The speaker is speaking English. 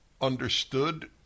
understood